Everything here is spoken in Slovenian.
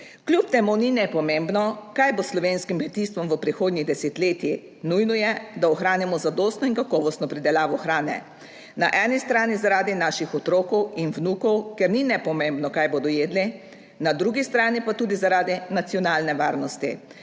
Kljub temu ni nepomembno, kaj bo s slovenskim kmetijstvom v prihodnjih desetletjih. Nujno je, da ohranimo zadostno in kakovostno pridelavo hrane, na eni strani zaradi naših otrok in vnukov, ker ni nepomembno, kaj bodo jedli, na drugi strani pa tudi zaradi nacionalne varnosti.